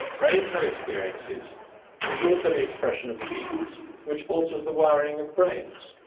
brains have experiences which alter the expression of genes, which alters the wiring of brains.